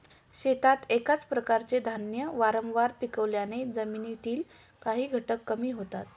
शेतात एकाच प्रकारचे धान्य वारंवार पिकवल्याने जमिनीतील काही घटक कमी होतात